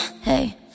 Hey